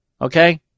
Okay